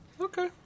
Okay